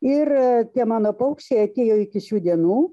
ir tie mano paukščiai atėjo iki šių dienų